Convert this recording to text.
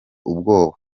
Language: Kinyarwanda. ubwoba